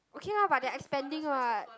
okay lah but they're expanding what